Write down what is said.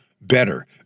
better